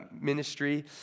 ministry